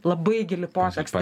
labai gili potekstė